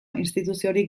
instituziorik